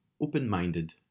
open-minded